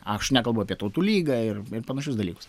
aš nekalbu apie tautų lygą ir panašius dalykus